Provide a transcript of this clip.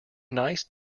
nice